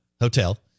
Hotel